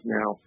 now